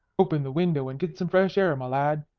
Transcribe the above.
open the window and get some fresh air, my lad.